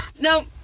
no